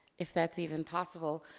if that's even possible.